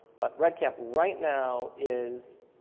but red cap right now is